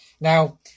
now